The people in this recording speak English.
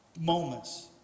moments